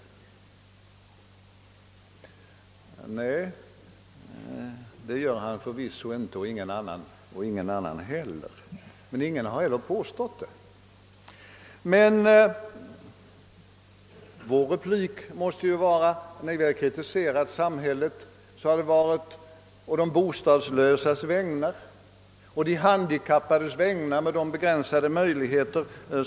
Nej, det gör han förvisso inte och ingen annan heller. Men ingen har heller påstått något sådant. När vi har kritiserat bristerna i samhället har det varit bl.a. å de bostadslösas vägnar och t.ex. med tanke på de handikappades begränsade möjligheter.